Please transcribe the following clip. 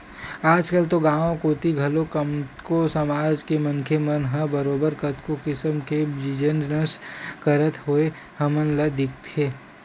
आजकल तो गाँव कोती घलो कतको समाज के मनखे मन ह बरोबर कतको किसम के बिजनस करत होय हमन ल दिखथे